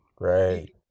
right